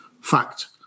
Fact